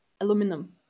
aluminum